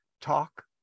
talk